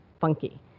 funky